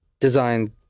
designed